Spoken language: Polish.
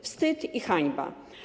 Wstyd i hańba.